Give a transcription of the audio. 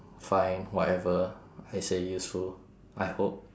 find whatever I say useful I hope